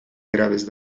graves